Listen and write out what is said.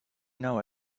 know